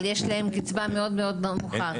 אבל יש להם קצבה מאוד מאוד נמוכה.